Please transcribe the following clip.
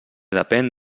depén